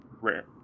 rare